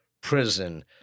prison